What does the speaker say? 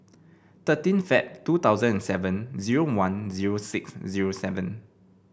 thirteen Feb two thousand and seven zero one zero six zero seven